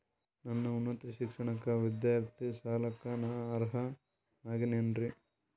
ನನ್ನ ಉನ್ನತ ಶಿಕ್ಷಣಕ್ಕ ವಿದ್ಯಾರ್ಥಿ ಸಾಲಕ್ಕ ನಾ ಅರ್ಹ ಆಗೇನೇನರಿ?